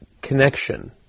connection